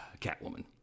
Catwoman